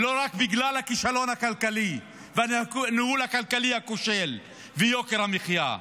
ולא רק בגלל הכישלון הכלכלי והניהול הכלכלי הכושל ויוקר המחיה,